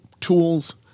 tools